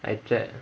I cha~